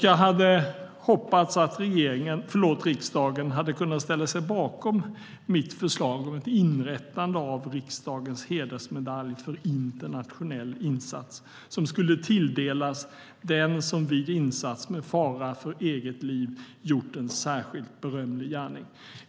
Jag hade hoppats att riksdagen hade kunnat ställa sig bakom mitt förslag om ett inrättande av en riksdagens hedersmedalj för internationell insats, som skulle tilldelas den som vid insats med fara för eget liv gjort en särskilt berömlig gärning.